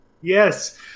Yes